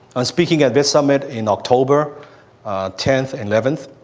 i'm speaking at this summit in october tenth and eleventh.